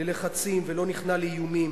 ללחצים, ולא נכנע לאיומים.